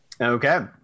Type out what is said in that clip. Okay